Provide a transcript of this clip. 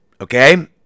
Okay